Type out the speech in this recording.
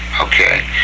Okay